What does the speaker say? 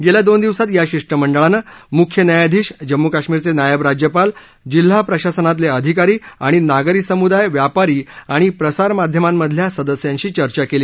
गेल्या दोन दिवसात या शिष्टमंडळानं म्ख्य न्यायाधीश जम्मू काश्मीरचे नायब राज्यपाल जिल्हा प्रशासनातले अधिकारी आणि नागरी समुदाय व्यापारी आणि प्रसारमाध्यमांमधल्या सदस्यांशी चर्चा केली